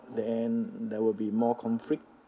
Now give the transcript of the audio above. then there will be more conflict